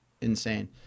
insane